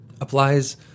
applies